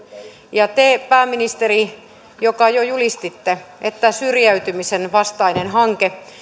ja te pääministeri joka jo julistitte että syrjäytymisen vastainen hanke